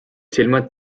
silmad